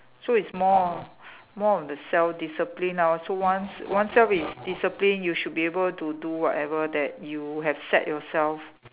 so it's more more of the self discipline ah so once once self is disciplined you should be able to do whatever that you have set yourself